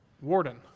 warden